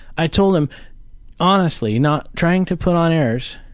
i told him honestly, not trying to put on airs,